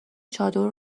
چادر